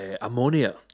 ammonia